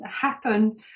happen